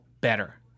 better